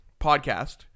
podcast